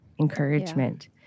encouragement